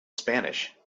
spanish